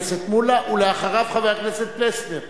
ואחריו, חבר הכנסת פלסנר.